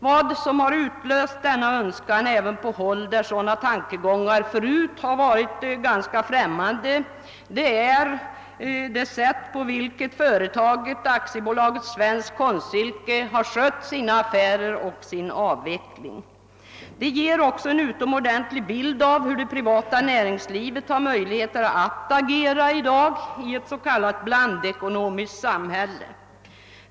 Vad som utlöst denna önskan även på håll där sådana tankegångar förut varit ganska främmande är det sätt på vilket företaget Svenskt Konstsilke AB skött sina affärer. Det ger en god bild av det privata näringslivets möjligheter att agera i ett s.k. blandekonomiskt samhälle.